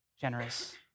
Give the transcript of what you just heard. generous